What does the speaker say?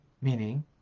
meaning